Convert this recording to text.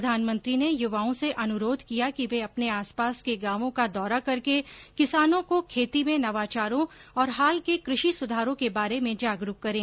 प्रधानमंत्री ने युवाओं से अनुरोध किया कि वे अपने आसपास के गांवों का दौरा करके किसानों को खेती में नवाचारों और हाल के कृषि सुधारों के बारे में जागरूक करें